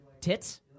tits